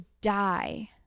die